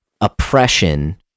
oppression